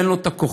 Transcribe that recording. אין לו הכוחות,